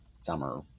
summer